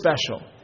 special